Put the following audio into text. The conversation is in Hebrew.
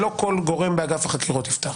שלא כל גורם באגף החקירות ייפתח